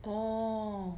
oh